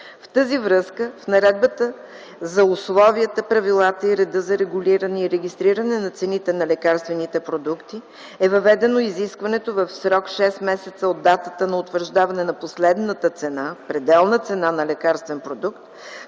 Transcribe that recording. В тази връзка в Наредбата за условията, правилата и реда за регулиране и регистриране на цените на лекарствените продукти е въведено изискването в срок шест месеца от датата на утвърждаване на последната цена – пределна цена на лекарствен продукт,